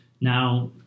Now